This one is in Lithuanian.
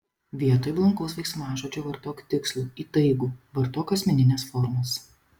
vietoj blankaus veiksmažodžio vartok tikslų įtaigų vartok asmenines formas